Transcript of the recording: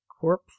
Corp